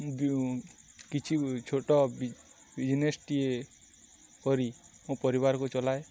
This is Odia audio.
କିଛି ଛୋଟ ବିଜିନେସ୍ଟିଏ କରି ମୋ ପରିବାରକୁ ଚଲାଏ